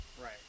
Right